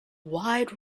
wide